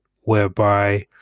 whereby